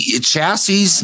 chassis